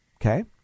Okay